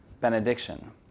benediction